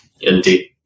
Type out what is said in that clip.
Indeed